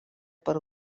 per